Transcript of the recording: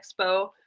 Expo